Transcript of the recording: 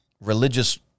religious